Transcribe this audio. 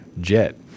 jet